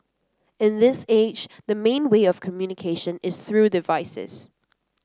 in this age the main way of communication is through devices